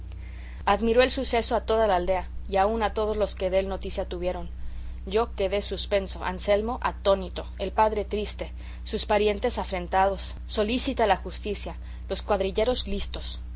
admiró el suceso a toda el aldea y aun a todos los que dél noticia tuvieron yo quedé suspenso anselmo atónito el padre triste sus parientes afrentados solícita la justicia los cuadrilleros listos